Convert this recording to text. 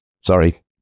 sorry